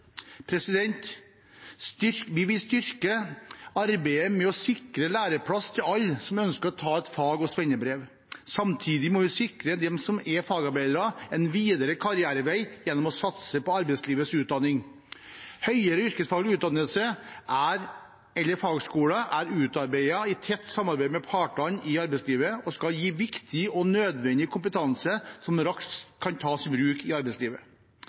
Vi vil styrke arbeidet med å sikre læreplass til alle som ønsker å ta fag- og svennebrev. Samtidig må vi sikre dem som er fagarbeidere, en videre karrierevei gjennom å satse på arbeidslivets utdanning. Høyere yrkesfaglig utdannelse eller fagskole er utarbeidet i tett samarbeid med partene i arbeidslivet og skal gi viktig og nødvendig kompetanse som raskt kan tas i bruk i arbeidslivet.